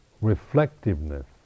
reflectiveness